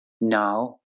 now